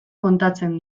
kontatzen